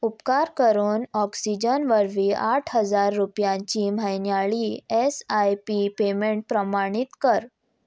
उपकार करून ऑक्सिजन वरवीं आठ हजार रुपयांची म्हयन्याळी एस आय पी पेमेंट प्रमाणीत कर